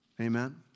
Amen